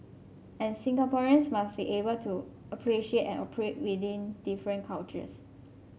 and Singaporeans must be able appreciate and operate within different cultures